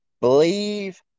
believe